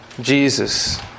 Jesus